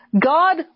God